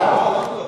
עוד לא.